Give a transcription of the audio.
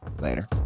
Later